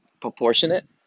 proportionate